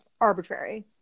arbitrary